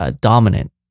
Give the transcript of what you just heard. Dominant